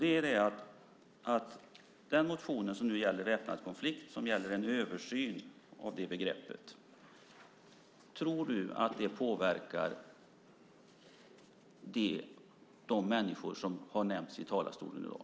Tror du att den motion som nu gäller väpnad konflikt och handlar om en översyn av begreppet påverkar de människor som har nämnts i talarstolen i dag?